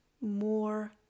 more